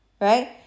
right